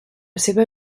seva